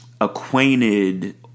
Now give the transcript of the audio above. acquainted